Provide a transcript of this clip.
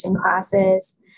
classes